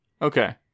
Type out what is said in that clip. Okay